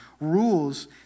rules